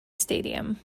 stadium